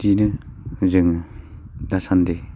बिदियैनो जोङो दासान्दि